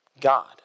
God